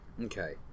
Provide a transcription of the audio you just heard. Okay